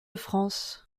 france